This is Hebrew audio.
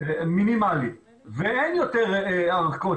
מינימלי ואין יותר ארכות.